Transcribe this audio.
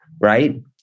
right